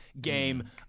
game